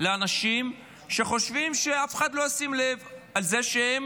לאנשים שחושבים שאף אחד לא ישים לב שהם